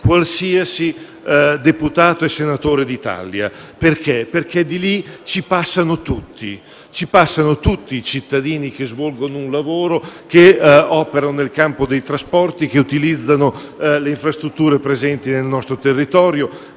qualsiasi deputato e senatore d'Italia, perché di lì ci passano tutti. Ci passano tutti i cittadini che svolgono un lavoro nel campo dei trasporti o che utilizzano le infrastrutture presenti nel nostro territorio.